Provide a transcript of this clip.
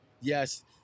Yes